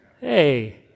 Hey